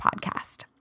podcast